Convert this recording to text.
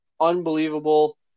Unbelievable